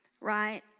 right